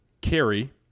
carry